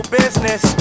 business